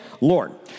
Lord